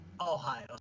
Ohio